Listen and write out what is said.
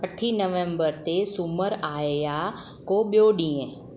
अठीं नवंबरु ते सूमरु आहे या को ॿियो ॾींहुं